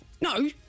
No